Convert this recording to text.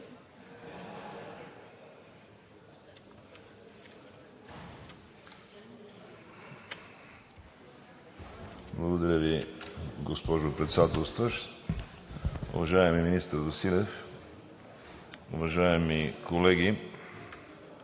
Благодаря Ви, госпожо Председател. Уважаеми министър Василев, уважаеми колеги!